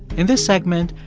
in this segment,